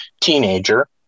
teenager